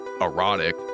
erotic